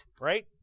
right